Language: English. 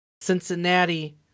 Cincinnati